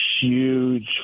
huge